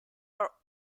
are